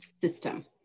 system